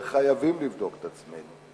וחייבים לבדוק את עצמנו.